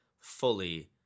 fully